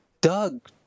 Doug